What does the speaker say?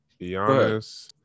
Giannis